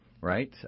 right